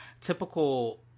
typical